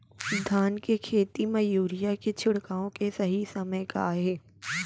धान के खेती मा यूरिया के छिड़काओ के सही समय का हे?